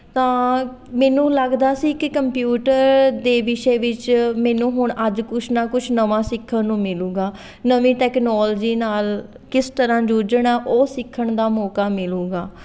ਤਾਂ ਮੈਨੂੰ ਲੱਗਦਾ ਸੀ ਕਿ ਕੰਪਿਊਟਰ ਦੇ ਵਿਸ਼ੇ ਵਿੱਚ ਮੈਨੂੰ ਹੁਣ ਅੱਜ ਕੁਛ ਨਾ ਕੁਛ ਨਵਾਂ ਸਿੱਖਣ ਨੂੰ ਮਿਲੂਗਾ ਨਵੀਂ ਟੈਕਨੋਲਜੀ ਨਾਲ ਕਿਸ ਤਰ੍ਹਾਂ ਜੂਝਣਾ ਉਹ ਸਿੱਖਣ ਦਾ ਮੌਕਾ ਮਿਲੂਗਾ